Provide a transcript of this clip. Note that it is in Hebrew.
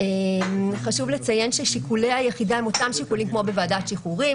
חשוב לציין ששיקולי היחידה הם אותם שיקולים כמו בוועדת השחרורים.